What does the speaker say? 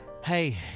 hey